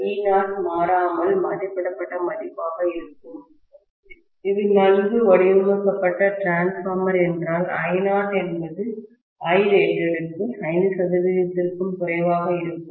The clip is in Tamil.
V0 மாறாமல் மதிப்பிடப்பட்ட மதிப்பாக இருக்கும் இது நன்கு வடிவமைக்கப்பட்ட டிரான்ஸ்பார்மர் என்றால் I0 என்பது Irated க்கு 5 சதவிகிதத்திற்கும் குறைவாக இருக்க